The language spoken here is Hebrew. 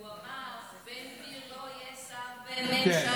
הוא אמר: בן גביר לא יהיה שר בממשלתי.